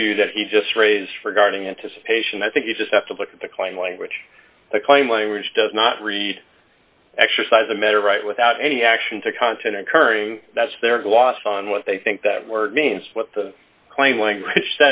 issue that he just raised for guarding anticipation i think you just have to look at the claim language to claim language does not read exercise a matter right without any action to content occurring that's their gloss on what they think that word means what the plain language